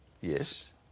Yes